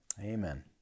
Amen